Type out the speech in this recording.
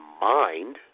mind